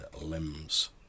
limbs